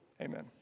Amen